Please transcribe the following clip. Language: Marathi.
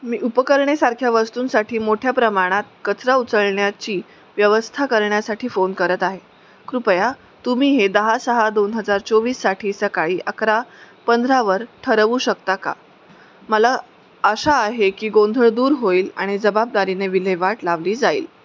मी उपकरणेसारख्या वस्तूंसाठी मोठ्या प्रमाणात कचरा उचलण्याची व्यवस्था करण्यासाठी फोन करत आहे कृपया तुम्ही हे दहा सहा दोन हजार चोवीससाठी सकाळी अकरा पंधरावर ठरवू शकता का मला आशा आहे की गोंधळ दूर होईल आणि जबाबदारीने विल्हेवाट लावली जाईल